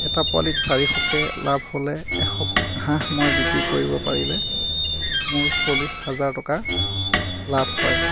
এটা পোৱালিত চাৰিশকৈ লাভ হ'লে এশ হাঁহ মই বিক্ৰী কৰিব পাৰিলে মোৰ চল্লিছ হাজাৰ টকা লাভ হয়